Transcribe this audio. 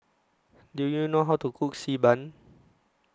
Do YOU know How to Cook Xi Ban